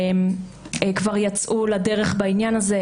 כבר יצאו לדרך בעניין הזה.